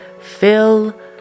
Fill